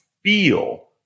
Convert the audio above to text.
feel